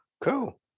Cool